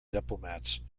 diplomats